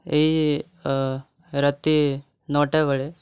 ଏଇ ରାତି ନଅଟା ବେଳେ